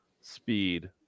speed